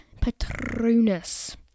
Patronus